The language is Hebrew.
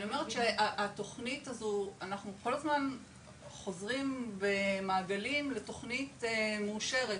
אנחנו כל הזמן חוזרים במעגלים לתוכנית מאושרת.